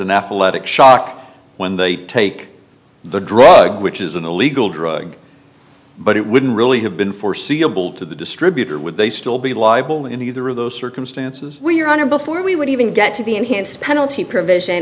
anaphylactic shock when they take the drug which is an illegal drug but it wouldn't really have been foreseeable to the distributor would they still be liable in either of those circumstances where your honor before we would even get to the enhanced penalty provision